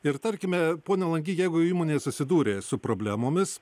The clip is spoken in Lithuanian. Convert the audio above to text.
ir tarkime pone langy jeigu įmonė susidūrė su problemomis